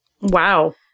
Wow